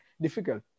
difficult